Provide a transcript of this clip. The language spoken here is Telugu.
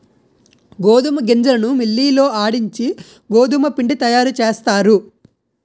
గోధుమ గింజలను మిల్లి లో ఆడించి గోధుమపిండి తయారుచేస్తారు